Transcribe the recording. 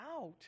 out